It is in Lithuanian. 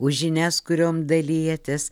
už žinias kuriom dalijatės